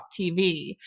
TV